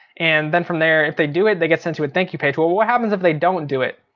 and then from there if they do it they get sent to a thank you page. well what happens if they don't do it?